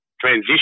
transition